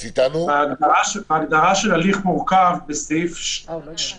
ההגדרה של "הליך מורכב" בסעיף 2